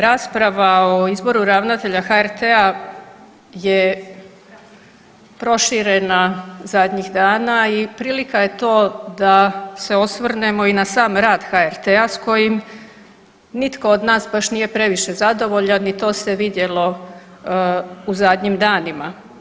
Rasprava o izboru ravnatelja HRT-a je proširena zadnjih dana i prilika je to da se osvrnemo i na sam rad HRT-a s kojim nitko od nas baš nije previše zadovoljan ito se vidjelo u zadnjim danima.